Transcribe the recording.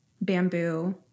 bamboo